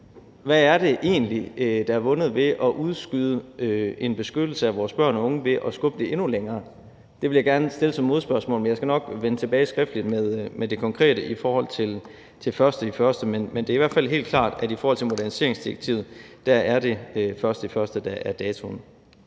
Hvad er det egentlig, der er vundet ved at udskyde en beskyttelse af vores børn og unge ved at skubbe det endnu længere? Det vil jeg gerne stille som modspørgsmål. Men jeg skal nok vende tilbage skriftligt med det konkrete i forhold til den 1. januar. Men det er i hvert fald helt klart, at i forhold til moderniseringsdirektivet er det den 1. januar, der er datoen.